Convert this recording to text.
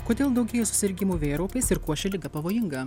kodėl daugėja susirgimų vėjaraupiais ir kuo ši liga pavojinga